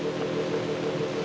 for